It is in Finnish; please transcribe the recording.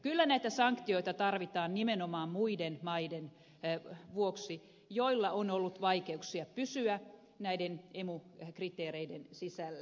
kyllä näitä sanktioita tarvitaan nimenomaan niiden muiden maiden vuoksi joilla on ollut vaikeuksia pysyä näiden emu kriteereiden sisällä